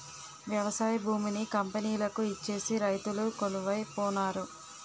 వ్యవసాయ భూమిని కంపెనీలకు ఇచ్చేసి రైతులు కొలువై పోనారు